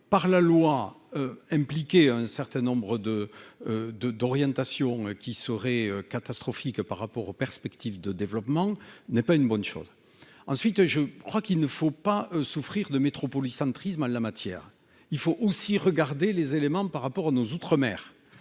par la loi impliqué un certain nombre de de d'orientation qui serait catastrophique par rapport aux perspectives de développement n'est pas une bonne chose, ensuite je crois qu'il ne faut pas souffrir de Métropolis entrisme en la matière, il faut aussi regarder les éléments par rapport à nos outre-mer